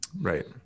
right